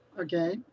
Okay